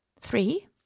three